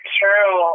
true